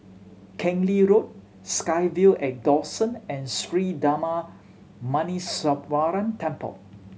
Keng Lee Road SkyVille at Dawson and Sri Darma Muneeswaran Temple